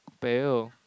pale